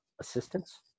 assistance